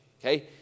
okay